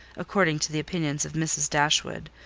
according to the opinions of mrs. dashwood,